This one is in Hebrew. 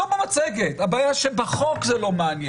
הבעיה, וזה לא המצגת, הבעיה שבחוק זה לא מעניין.